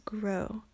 grow